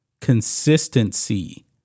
consistency